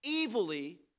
Evilly